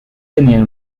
tenían